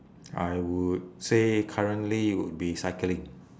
I would say currently it would be cycling